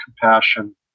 compassion